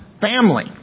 family